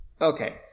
Okay